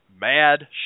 mad